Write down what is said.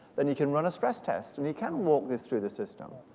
then you can run a stress test and you can walk this through the system.